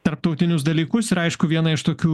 tarptautinius dalykus ir aišku viena iš tokių